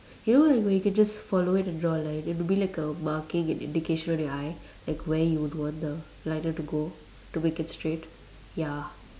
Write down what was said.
you know where you can just follow it and draw a line it'll be like a marking and indication on your eye like where you would want the eyeliner to go to make it straight ya